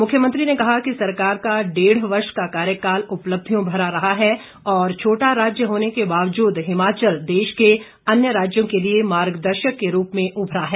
मुख्यमंत्री ने कहा कि सरकार का डेढ़ वर्ष का कार्यकाल उपलब्धियों भरा रहा है और छोटा राज्य होने के बावजूद हिमाचल देश के अन्य राज्यों के लिए मार्गदर्शक के रूप में उभरा है